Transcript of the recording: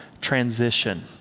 transition